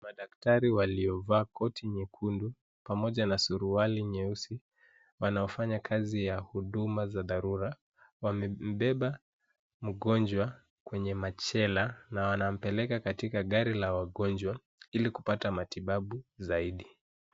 Madaktari waliovaa koti nyekundu ,pamoja na suruali nyeusi wanafanya kazi ya huduma za dharura wamebeba mgonjwa kwenye machela na wanampeleka katika gari la wagonjwa. Ili kupata matibabu zaidi.